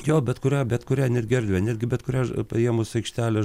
jo bet kurią bet kurią netgi erdvę netgi bet kurią paėmus aikštelę